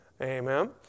Amen